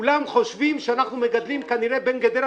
וכולם חושבים שאנחנו מגדלים כנראה בין גדרה